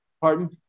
Pardon